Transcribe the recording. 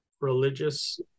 religious